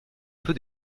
peu